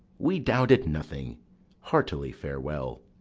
we doubt it nothing heartily farewell.